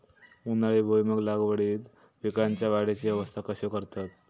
उन्हाळी भुईमूग लागवडीत पीकांच्या वाढीची अवस्था कशी करतत?